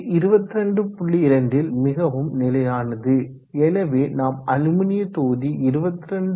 2 ல் மிகவும் நிலையானது எனவே நாம் அலுமினிய தொகுதி 22